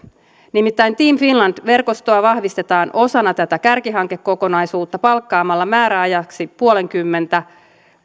nimittäin team finland verkostoa vahvistetaan osana tätä kärkihankekokonaisuutta palkkaamalla määräajaksi puolenkymmentä